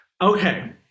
Okay